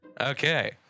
Okay